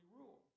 rule